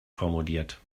formuliert